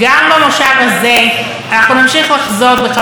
גם במושב הזה אנחנו נמשיך לחזות בחברי